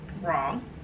wrong